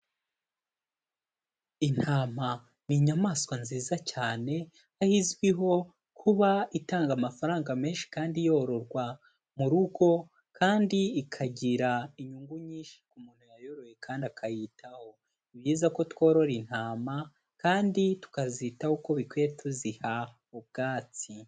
Intama ni inyamaswa nziza cyane, aho izwiho kuba itanga amafaranga menshi kandi yororwa mu rugo, kandi ikagira inyungu nyinshi ku umuntu yayoroye kandi akayitaho. Ni byiza ko tworora intama kandi tukazitaho uko bikwiye tuziha ubwatsi.